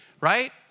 right